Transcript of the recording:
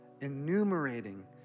enumerating